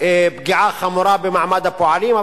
פגיעה חמורה במעמד הפועלים.